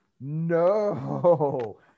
no